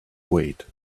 wait